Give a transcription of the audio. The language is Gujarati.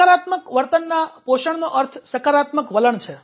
સકારાત્મક વર્તનના પોષણનો અર્થ સકારાત્મક વલણ છે